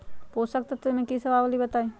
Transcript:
पोषक तत्व म की सब आबलई बताई?